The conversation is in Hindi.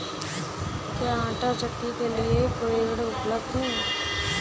क्या आंटा चक्की के लिए कोई ऋण उपलब्ध है?